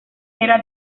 era